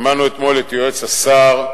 שמענו אתמול את יועץ השר,